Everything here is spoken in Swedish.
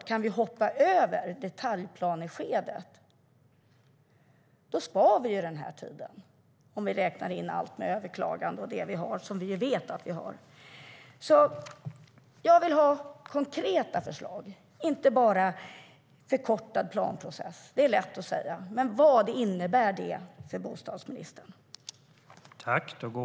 Kan vi hoppa över detaljplaneskedet sparar vi tid, om vi räknar in allt med överklagande och det som vi vet att vi har. Jag vill ha konkreta förslag, inte bara en förkortad planprocess. Det är lätt att säga, men vad innebär det för bostadsministern?